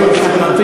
לא,